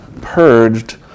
purged